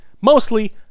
mostly